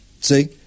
See